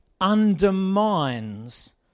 undermines